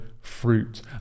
fruit